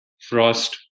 frost